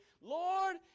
Lord